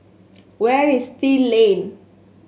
where is Still Lane